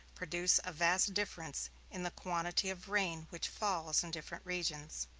produce a vast difference in the quantity of rain which falls in different regions.